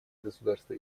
государства